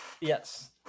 Yes